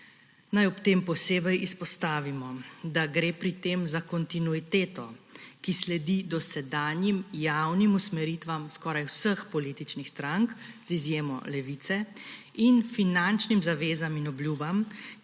Naj ob tem posebej izpostavimo, da gre pri tem za kontinuiteto, ki sledi dosedanjim javnim usmeritvam skoraj vseh političnih strank, z izjemo Levice, in finančnim zavezam in obljubam,